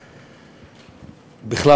בכלל,